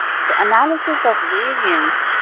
so analysis of variance,